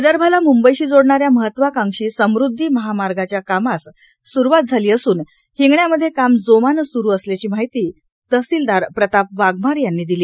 विदर्भाला मुंबईशी जोडणाऱ्या महत्वकांक्षी समुद्धी महामार्गाच्या कामास सुरवात झाली असून हिंगण्यामध्ये काम जोमानं सूरू असल्याची माहिती आज तहसिलदार प्रताप वाघमारे यांनी दिली